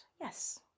yes